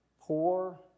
poor